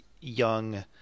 Young